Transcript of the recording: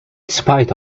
spite